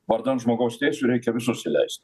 vardan žmogaus teisių reikia visus įleisti